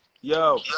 Yo